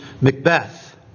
Macbeth